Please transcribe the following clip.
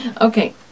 Okay